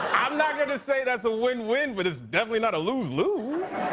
i'm not going to say that's a win-win, but it's definitely not a lose-lose.